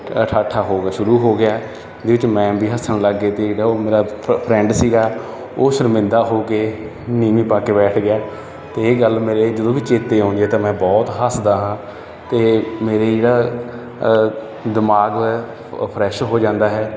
ਠਾਠਾ ਹੋ ਗਿਆ ਸ਼ੁਰੂ ਹੋ ਗਿਆ ਜਿਹਦੇ ਵਿੱਚ ਮੈਮ ਵੀ ਹੱਸਣ ਲੱਗ ਗਏ ਅਤੇ ਜਿਹੜਾ ਉਹ ਮੇਰਾ ਫ ਫਰੈਂਡ ਸੀਗਾ ਉਹ ਸ਼ਰਮਿੰਦਾ ਹੋ ਕੇ ਨੀਵੀਂ ਪਾ ਕੇ ਬੈਠ ਗਿਆ ਅਤੇ ਇਹ ਗੱਲ ਮੇਰੇ ਜਦੋਂ ਵੀ ਚੇਤੇ ਆਉਂਦੀ ਹੈ ਤਾਂ ਮੈਂ ਬਹੁਤ ਹੱਸਦਾ ਹਾਂ ਤੇ ਮੇਰੇ ਜਿਹੜਾ ਦਿਮਾਗ ਫਰੈਸ਼ ਹੋ ਜਾਂਦਾ ਹੈ